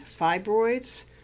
fibroids